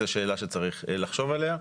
זאת שאלה שצרך לחשוב עליה.